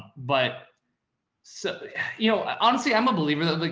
but so you know, ah honestly i'm a believer that like,